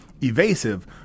evasive